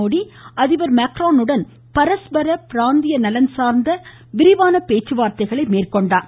மோடி அதிபர் மேக்ரானுடன் பரஸ்பர பிராந்திய நலன்சார்ந்த விரிவான பேச்சுவார்த்தைகளை மேற்கொண்டார்